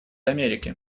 америки